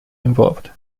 involved